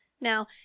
Now